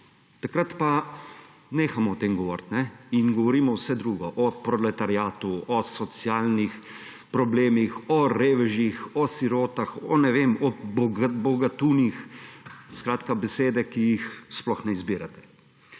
takrat pa nehamo o tem govoriti in govorimo vse drugo, o proletariatu, o socialnih problemih, o revežih, o sirotah, ne vem, o bogatunih, skratka besede, ki jih sploh ne izbirate.